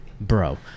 bro